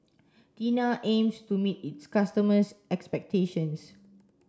Tena aims to meet its customers' expectations